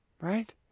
Right